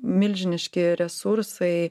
milžiniški resursai